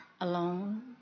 alone